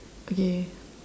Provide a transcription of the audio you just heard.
okay